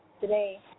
Today